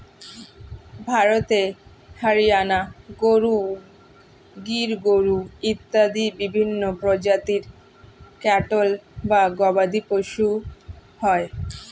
ভারতে হরিয়ানা গরু, গির গরু ইত্যাদি বিভিন্ন প্রজাতির ক্যাটল বা গবাদিপশু হয়